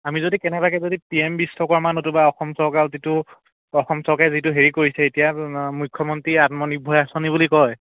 আমি যদি কেনেবাকৈ যদি পি এম বিশ্বকৰ্মা নতুবা অসম চৰকাৰ যিটো অসম চৰকাৰে যিটো হেৰি কৰিছে এতিয়া মুখ্যমন্ত্ৰী আত্মনিৰ্ভৰ আঁচনি বুলি কয়